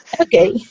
Okay